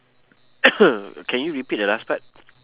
can you repeat the last part